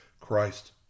Christ